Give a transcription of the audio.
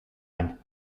ana